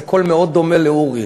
זה קול מאוד דומה לקולו של אורי,